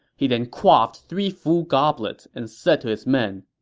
he then quaffed three full goblets and said to his men,